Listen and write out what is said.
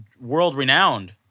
World-renowned